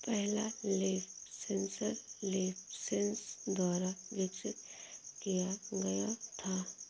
पहला leaf sensor LeafSens द्वारा विकसित किया गया था